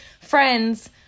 friends